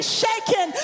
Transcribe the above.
shaken